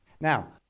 now